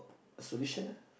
solution lah